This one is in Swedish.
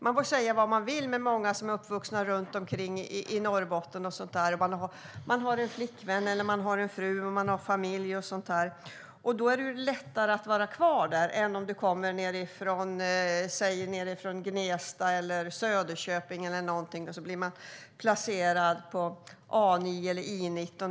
Man får säga vad man vill, men för dem som är uppvuxna runt omkring i Norrbotten och har en flickvän eller fru och familj är det lättare att vara kvar än för den som kommer från Gnesta, Söderköping eller något sådant och blir placerad på A 9 eller I 19.